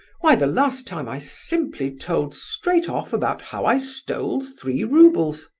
why, the last time i simply told straight off about how i stole three roubles.